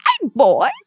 boy